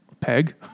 Peg